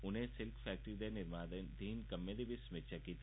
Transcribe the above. उनें silk factory दे निर्माणाधीन कम्में दी बी समीक्षा कीती